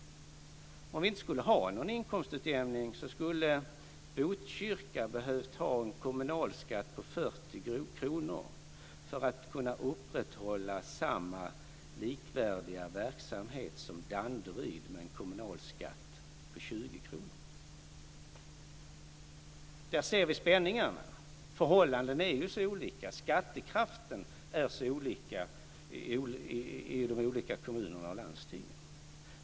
Om vi inte hade någon inkomstutjämning skulle Botkyrka ha behövt ta ut en kommunalskatt på 40 kr för att kunna upprätthålla en likvärdig verksamhet som Danderyd med en kommunalskatt på 20 kr. Där ser vi spänningarna - förhållandena är så olika och skattekraften är så olika i de olika kommunerna och landstingen.